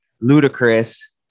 ludicrous